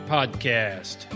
Podcast